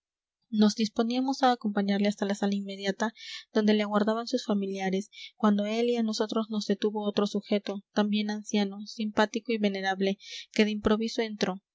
nos disponíamos a acompañarle hasta la sala inmediata donde le aguardaban sus familiares cuando a él y a nosotros nos detuvo otro sujeto también anciano simpático y venerable que de improviso entró